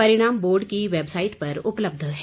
परिणाम बोर्ड की वैबसाईट पर उपलब्ध है